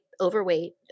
Overweight